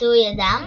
חצוי הדם